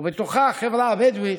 ובתוכה החברה הבדואית,